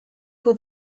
for